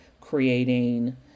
creating